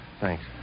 thanks